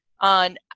on